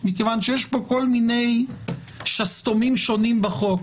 מכיוון שיש פה כל מיני שסתומים שונים בחוק,